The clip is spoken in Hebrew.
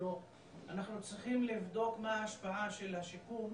אנחנו צריכים לבדוק מה ההשפעה של השיקום